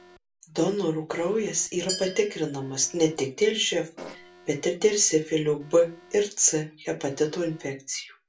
donorų kraujas yra patikrinamas ne tik dėl živ bet ir dėl sifilio b ir c hepatito infekcijų